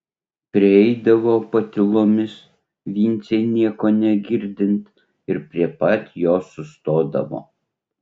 prieidavo patylomis vincei nieko negirdint ir prie pat jo sustodavo